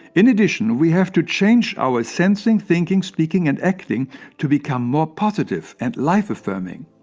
in addition, we have to change our sensing, thinking, speaking and acting to become more positive and life-affirming.